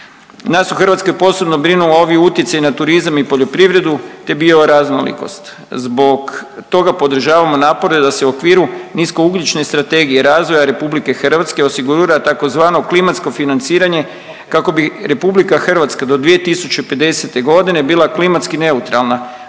Nas u Hrvatskoj posebno brinu ovi utjecaji na turizam i poljoprivrednu te bioraznolikost. Zbog toga podržavamo napore da se u okviru niskougljične strategije razvoja RH osigura tzv. klimatsko financiranje kako bi RH do 2050. godine bila klimatski neutralna.